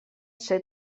ser